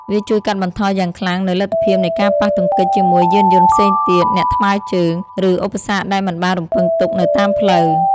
វាជួយកាត់បន្ថយយ៉ាងខ្លាំងនូវលទ្ធភាពនៃការប៉ះទង្គិចជាមួយយានយន្តផ្សេងទៀត អ្នកថ្មើរជើង ឬឧបសគ្គដែលមិនបានរំពឹងទុកនៅតាមផ្លូវ។